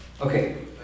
Okay